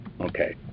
okay